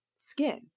skin